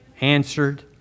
answered